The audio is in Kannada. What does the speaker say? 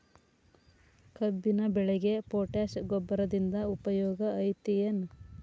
ಕಬ್ಬಿನ ಬೆಳೆಗೆ ಪೋಟ್ಯಾಶ ಗೊಬ್ಬರದಿಂದ ಉಪಯೋಗ ಐತಿ ಏನ್?